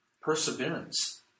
Perseverance